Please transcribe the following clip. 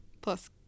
plus